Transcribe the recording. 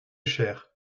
cher